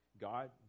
God